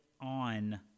on